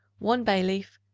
one bay-leaf,